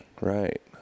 Right